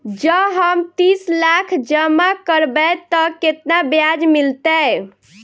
जँ हम तीस लाख जमा करबै तऽ केतना ब्याज मिलतै?